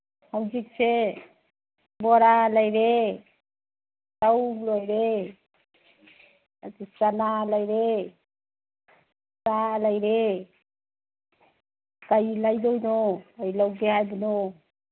ꯍꯧꯖꯤꯛꯁꯦ ꯕꯣꯔꯥ ꯂꯩꯔꯦ ꯆꯧ ꯂꯩꯔꯦ ꯑꯗꯩ ꯆꯅꯥ ꯂꯩꯔꯦ ꯆꯥ ꯂꯩꯔꯦ ꯀꯔꯤ ꯂꯩꯗꯣꯏꯅꯣ ꯀꯔꯤ ꯂꯧꯒꯦ ꯍꯥꯏꯕꯅꯣ